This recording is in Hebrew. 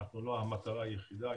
אנחנו לא המטרה היחידה,